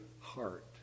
heart